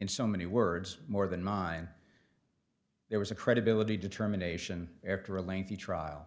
in so many words more than mine there was a credibility determination after a lengthy trial